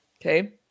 Okay